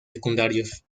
secundarios